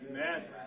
Amen